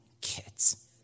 kids